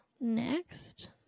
Next